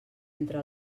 entre